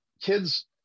kids